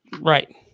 right